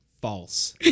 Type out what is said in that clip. false